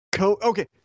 okay